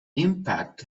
impact